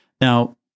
Now